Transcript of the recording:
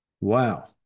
Wow